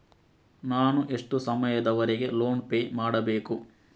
ನಾನು ಎಷ್ಟು ಸಮಯದವರೆಗೆ ಲೋನ್ ಪೇ ಮಾಡಬೇಕು?